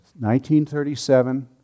1937